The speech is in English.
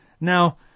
Now